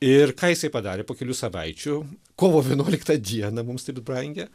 ir ką jisai padarė po kelių savaičių kovo vienuoliktą dieną mums taip brangią